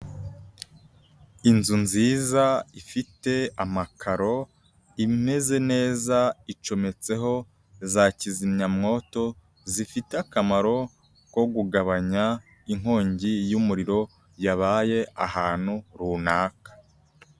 Inzu nziza ifite amakaro imeze neza, icometseho za kizimyamwoto zifite akamaro ko kugabanya inkongi y'umuriro yabaye ahantu runaka.